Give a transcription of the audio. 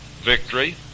victory